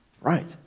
Right